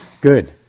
Good